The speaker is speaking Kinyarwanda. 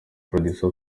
producer